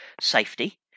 safety